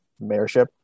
mayorship